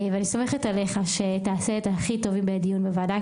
אני סומכת עליך שתעשה את הכי טוב בדיון בוועדה,